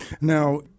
Now